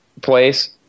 place